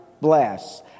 blasts